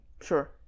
Sure